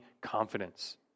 confidence